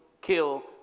kill